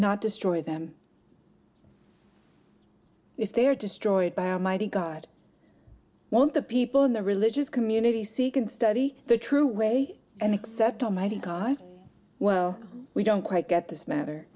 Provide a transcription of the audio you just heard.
not destroy them if they are destroyed by a mighty god want the people in the religious community see can study the true way and accept almighty god well we don't quite get this